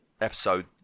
episode